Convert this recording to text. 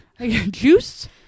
juice